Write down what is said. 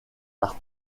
par